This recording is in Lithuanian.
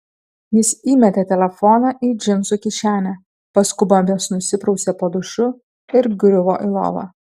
jis įmetė telefoną į džinsų kišenę paskubomis nusiprausė po dušu ir griuvo į lovą